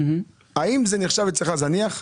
האם זה נחשב אצלך זניח?